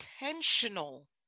intentional